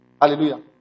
Hallelujah